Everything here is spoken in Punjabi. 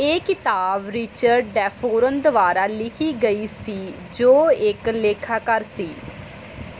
ਇਹ ਕਿਤਾਬ ਰਿਚਰਡ ਡੈਫੋਰਨ ਦੁਆਰਾ ਲਿਖੀ ਗਈ ਸੀ ਜੋ ਇੱਕ ਲੇਖਾਕਾਰ ਸੀ